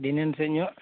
ᱫᱷᱤᱱᱟᱹᱱ ᱥᱮᱫ ᱧᱚᱜ